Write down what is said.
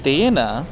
तेन